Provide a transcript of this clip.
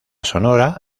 sonora